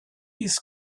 his